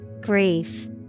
Grief